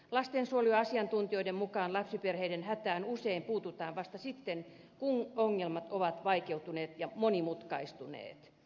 lastensuojeluasiantuntijoiden mukaan lapsiperheiden hätään puututaan usein vasta sitten kun ongelmat ovat vaikeutuneet ja monimutkaistuneet